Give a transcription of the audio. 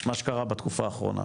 מה שקרה בתקופה האחרונה.